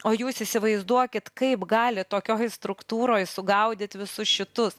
o jūs įsivaizduokit kaip gali tokioj struktūroj sugaudyt visus šitus